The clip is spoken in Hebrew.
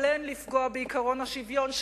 אבל אין לפגוע בעקרון השוויון,